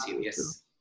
yes